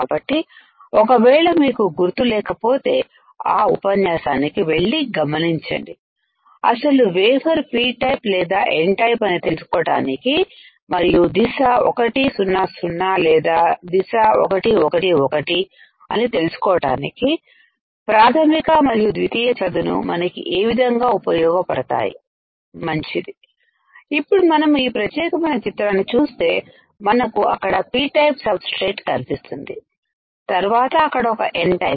కాబట్టి ఒకవేళ మీకు గుర్తు లేకపోతే ఆ ఉపన్యాసానికి వెళ్లి గమనించండి అసలు వేఫర్ p టైపు లేదా N టైప్ అని తెలుసుకోడానికి మరియు దిశ100 లేదా దిశ 111 అని తెలుసుకోవడానికి ప్రాథమిక మరియు ద్వితీయ చదును మనకి ఏ విధంగా ఉపయోగపడతాయి మంచిది ఇప్పుడు మనము ఈ ప్రత్యేక మైన చిత్రాన్నిచూస్తే మనకు అక్కడ P టైపు సబ్ స్ట్రేట్ కనిపిస్తుంది తర్వాత అక్కడ ఒక N టైపు